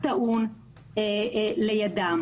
לידם.